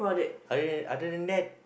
I mean other than that